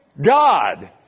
God